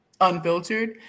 unfiltered